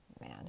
Man